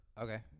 Okay